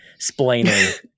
splaining